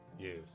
Yes